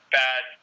bad